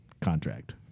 contract